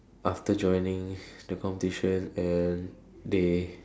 after joining the competition and they